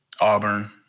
Auburn